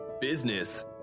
business